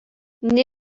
nei